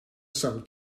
some